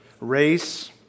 race